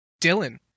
Dylan